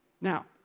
Now